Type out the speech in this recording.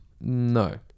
No